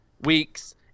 weeks